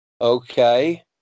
Okay